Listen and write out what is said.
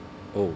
oh